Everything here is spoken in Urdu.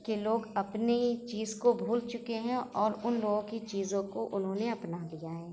کہ لوگ اپنی چیز کو بھول چکے ہیں اور ان لوگوں کی چیزوں کو انہوں نے اپنا لیا ہے